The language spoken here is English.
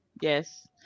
yes